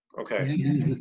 Okay